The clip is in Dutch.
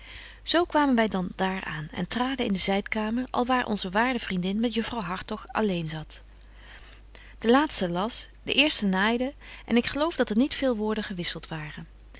kwamen wy dan daar aan en traden in de zydkamer alwaar onze waarde vriendin met juffrouw hartog alleen zat de laatste las de betje wolff en aagje deken historie van mejuffrouw sara burgerhart eerste naaide en ik geloof dat er niet veel woorden gewisselt waren